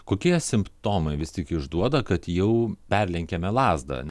kokie simptomai vis tik išduoda kad jau perlenkiame lazdą